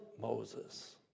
Moses